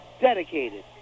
Dedicated